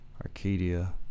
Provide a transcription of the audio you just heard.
Arcadia